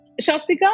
Shastika